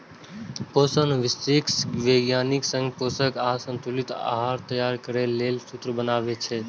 पोषण विशेषज्ञ वैज्ञानिक संग पोषक आ संतुलित आहार तैयार करै लेल सूत्र बनाबै छै